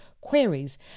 queries